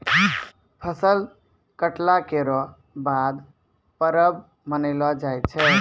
फसल कटला केरो बाद परब मनैलो जाय छै